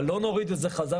אבל לא נוריד את זה חזרה,